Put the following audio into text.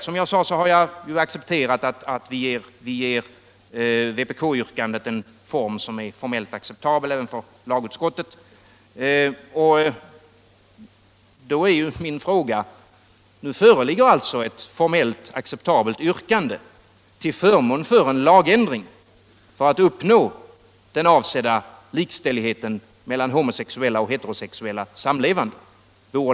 Som jag sade har jag nu accepterat att ge vpk-yrkandet en form som är acceptabel även för lagutskottet. Nu föreligger alltså ett formellt acceptabelt yrkande till förmån för en lagändring för att uppnå den avsedda likställigheten mellan homosexuella och heterosexuella samlevande.